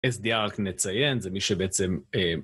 sdr נציין זה מי שבעצם